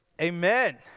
Amen